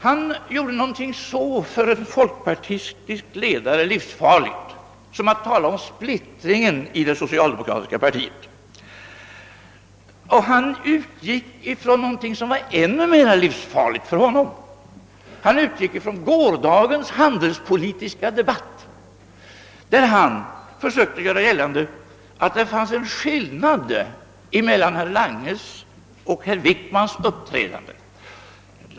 Herr Wedén gjorde något så för en folkpartistisk ledare livsfarligt som att tala om splittring i 4 det socialdemokratiska partiet. Och han utgick då från något som var ännu mera livsfarligt för honom, nämligen från gårdagens handelspolitiska debatt och försökte göra gällande att det fanns en skillnad mellan herr Langes och herr Wickmans uppträdande.